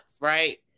right